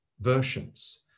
versions